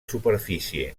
superfície